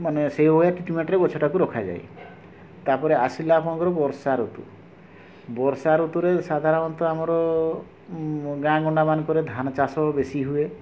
ମାନେ ସେଇଭଳିଆ ଟ୍ରିଟମେଣ୍ଟରେ ଗଛଟାକୁ ରଖାଯାଏ ତାପରେ ଆସିଲା କ'ଣ କହିଲ ବର୍ଷା ଋତୁ ବର୍ଷାଋତୁରେ ସାଧାରଣତଃ ଆମର ଗାଁ ଗଣ୍ଡା ମାନଙ୍କରେ ଧାନ ଚାଷ ବେଶୀ ହୁଏ